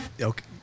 Okay